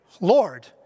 Lord